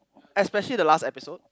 especially the last episode